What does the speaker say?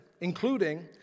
including